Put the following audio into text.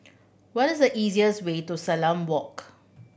what is the easiest way to Salam Walk